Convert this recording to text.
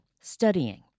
studying